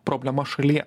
problema šalyje